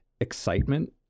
excitement